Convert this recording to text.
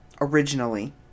originally